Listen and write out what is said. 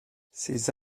ces